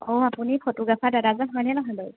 অঁ আপুনি ফটোগ্ৰাফাৰ দাদাজন হয়নে নহয় বাৰু